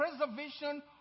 preservation